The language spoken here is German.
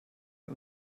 wir